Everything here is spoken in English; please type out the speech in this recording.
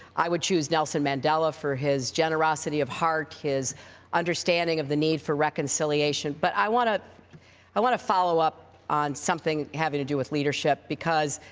i would choose nelson mandela for his generosity of heart, his understanding of the need for reconciliation. clinton but i want to i want to follow up on something having to do with leadership, because,